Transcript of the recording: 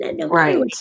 Right